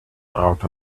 out